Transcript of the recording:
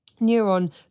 Neuron